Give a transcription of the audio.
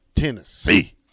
Tennessee